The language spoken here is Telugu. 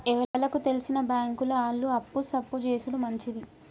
ఎవలకు తెల్సిన బాంకుల ఆళ్లు అప్పు సప్పు జేసుడు మంచిది